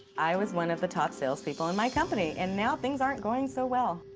i was one of the top salespeople in my company, and now things aren't going so well.